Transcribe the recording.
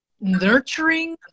nurturing